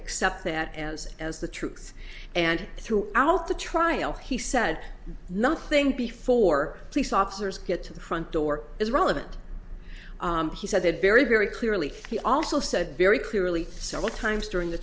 accept that as as the truth and throughout the trial he said nothing before police officers get to the front door is relevant he said very very clearly he also said very clearly several times during the